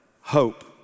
Hope